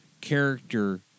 character